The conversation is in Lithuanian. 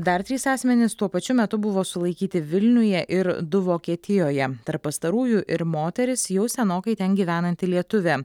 dar trys asmenys tuo pačiu metu buvo sulaikyti vilniuje ir du vokietijoje tarp pastarųjų ir moteris jau senokai ten gyvenanti lietuvė